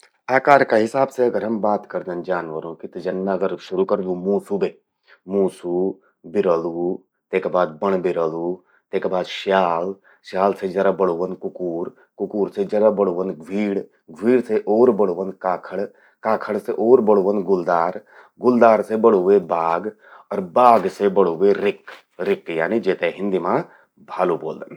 आकार का हिसाब से अगर हम बात करदन जानवरों कि त अगर मैं शुरू करदू मूसू बे। मूसू, बिरल़ू, तेका बाद बण बिरल़ू, तेका बाद स्याल, स्याल से जरा बड़ु व्हन्द कुकूर, कुकूर से जरा बड़ू ह्वंद घ्वीड़, घ्वीड़ से और बड़ू ह्वंद काखड़, काखड़ से ओर बड़ू ह्वन्द गुलदार, गुलदार से बड़ु ह्वे बाघ अर बाघ से बड़ू ह्वे रिक्क। रिक्क यानी जेते हिन्दी मां भालू ब्वेलदन।